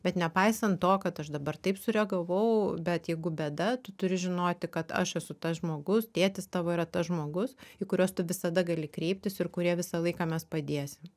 bet nepaisant to kad aš dabar taip sureagavau bet jeigu bėda tu turi žinoti kad aš esu tas žmogus tėtis tavo yra tas žmogus į kuriuos tu visada gali kreiptis ir kurie visą laiką mes padėsim